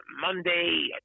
Monday